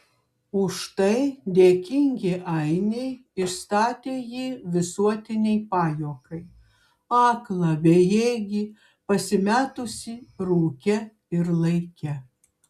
už tai dėkingi ainiai išstatė jį visuotinei pajuokai aklą bejėgį pasimetusį rūke ir laike